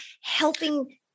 helping